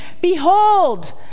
Behold